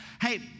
hey